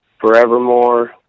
Forevermore